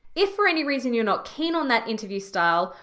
if for any reason you're not keen on that interview style,